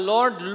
Lord